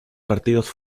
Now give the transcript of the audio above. partidos